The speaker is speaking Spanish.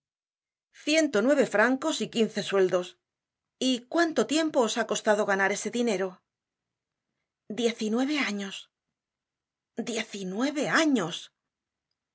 ciento nueve francos y quince sueldos y cuánto tiempo os ha costado ganar ese dinero diez y nueve años